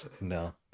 no